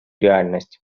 реальность